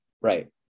right